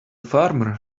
farmer